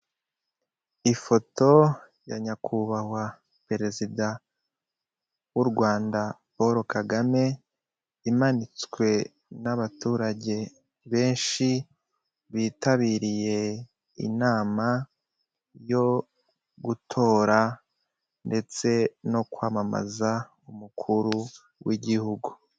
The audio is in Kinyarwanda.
Ifoto ya nyakubahwa perezida w'u Rwanda Paul Kagame, imanitswe n'abaturage benshi bitabiriye inama yo gutora ndetse no kwamamaza umukuru w'igihugu.